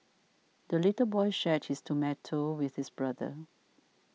the little boy shared his tomato with his brother